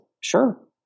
Sure